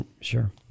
Sure